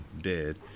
dead